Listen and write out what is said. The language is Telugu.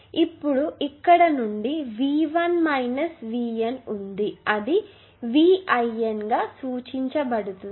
ఇప్పుడు ఇక్కడ నుండి V1 VN ఉంది అది V1N గా సూచించబడుతుంది